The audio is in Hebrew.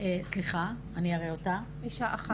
אישה אחת